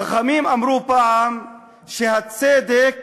חכמים אמרו פעם, שהצדק